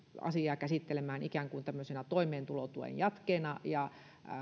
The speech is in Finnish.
asiaa käsittelemään ikään kuin tämmöisenä toimeentulotuen jatkeena ja